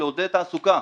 לעודד תעסוקה.